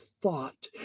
thought